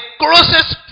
closest